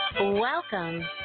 Welcome